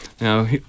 Now